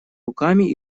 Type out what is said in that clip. руками